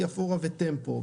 יפאורה וטמפו,